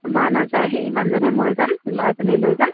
মা নাযায় সেই মানুহজনে ময়ে যাম ল'ৰাজনী লৈ যাম